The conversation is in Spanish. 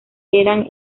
eran